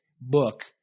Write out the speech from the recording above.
book